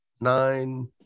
nine